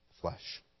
flesh